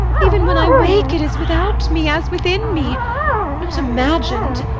even when i wake it is without me, as within me not imagin'd,